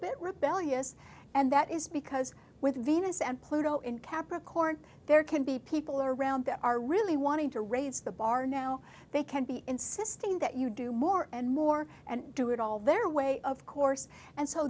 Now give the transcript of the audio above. bit rebellious and that is because with venus and pluto in capricorn there can be people around them are really wanting to raise the bar now they can be insisting that you do more and more and do it all their way of course and so